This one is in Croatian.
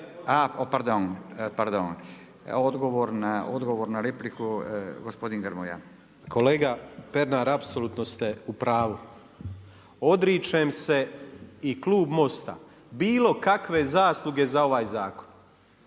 pardon. Odgovor na repliku gospodin Grmoja. **Grmoja, Nikola (MOST)** Kolega Pernar, apsolutno ste u pravu. Odričem se i klub MOST-a, bilokakve zasluge za ovaj zakon.